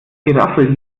geraffel